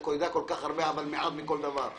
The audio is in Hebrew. אתה יודע כל כך הרבה אבל מעט מכל דבר.